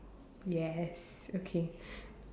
yes okay